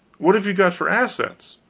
what have you got for assets?